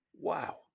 Wow